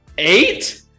Eight